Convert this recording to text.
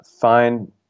find